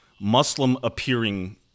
Muslim-appearing